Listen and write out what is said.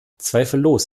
zweifellos